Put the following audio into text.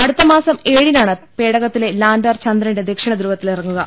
അടുത്തമാസം ഏഴിനാണ് പേട കത്തിലെ ലാന്റർ ചന്ദ്രന്റെ ദക്ഷിണധ്രുവത്തിലിറങ്ങുക